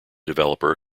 developer